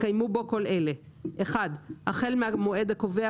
בו כל אלה: (1)החל מהמועד הקובע,